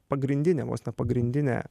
pagrindinė vos ne pagrindinė